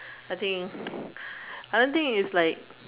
I think I don't think it's like